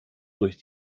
durch